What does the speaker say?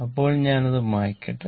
ഇപ്പോൾ ഞാൻ അത് മായ്ക്കട്ടെ